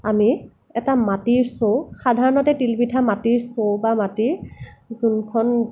আমি এটা মাটিৰ চৰু সাধাৰণতে তিল পিঠা মাটিৰ চৰু বা মাটিৰ যোনখন